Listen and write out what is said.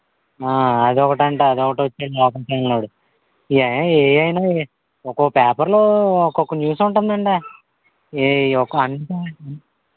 అదొకటంట అదొకటొచ్చింది లోకల్ ఛాన్లోడు ఎ ఏఅయినా ఒక్కొ పేపర్లో ఒకొక్క న్యూస్ ఉంటుందండి ఏ ఒక